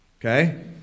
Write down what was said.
Okay